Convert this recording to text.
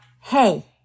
hey